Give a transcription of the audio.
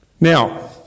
Now